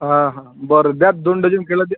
हा हा बरं द्या दोन डझन केळं द्या